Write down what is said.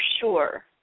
sure